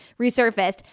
resurfaced